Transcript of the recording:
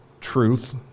truth